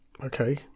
Okay